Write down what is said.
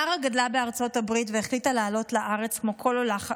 מארה גדלה בארצות הברית והחליטה לעלות לארץ כמו כל עולה חדש.